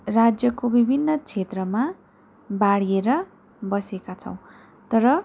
राज्यको विभिन्न क्षेत्रमा बाँडिएर बसेका छौँ तर